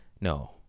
No